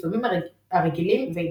יישומים הרגילים ואינטרנט),